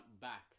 back